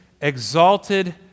exalted